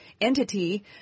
entity –